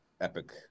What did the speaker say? epic